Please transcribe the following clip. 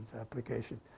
application